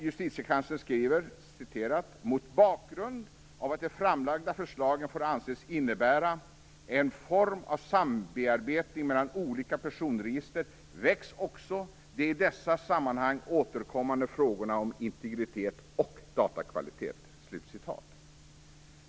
Justitiekanslern skriver: "Mot bakgrund av att de framlagda förslagen får anses innebära en form av sambearbetning mellan olika personregister väcks också de i dessa sammanhang återkommande frågorna om integritet och datakvalitet".